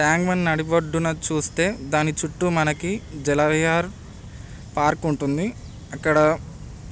tank bund నడిబొడ్డున చూస్తే దాని చుట్టూ మనకి జలవిహార్ పార్క్ ఉంటుంది అక్కడ